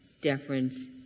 deference